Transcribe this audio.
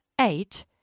Eight